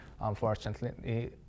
unfortunately